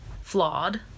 flawed